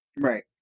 right